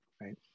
Right